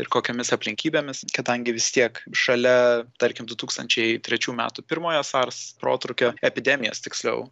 ir kokiomis aplinkybėmis kadangi vis tiek šalia tarkim du tūkstančiai trečių metų pirmojo sars protrūkio epidemijos tiksliau